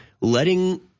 letting